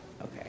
Okay